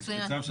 מצוין.